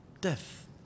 Death